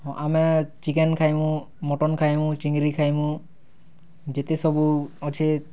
ହଁ ଆମେ ଚିକେନ୍ ଖାଏମୁ ମଟନ୍ ଖାଏମୁ ଚିଙ୍ଗରି୍ ଖାଏମୁ ଯେତେ ସବୁ ଅଛେ